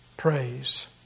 praise